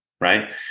Right